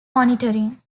monitoring